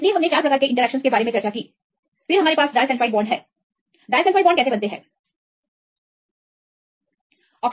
इसलिए हमने चार प्रकार के इंटरैक्शन के बारे में चर्चा की फिर हमारे पास डाइसल्फ़ाइड बॉन्ड डाइसल्फ़ाइड बॉन्ड भी हैं डाइसल्फ़ाइड बांड कैसे बनते हैं